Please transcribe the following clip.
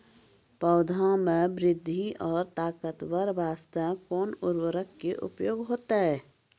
पौधा मे बृद्धि और ताकतवर बास्ते कोन उर्वरक के उपयोग होतै?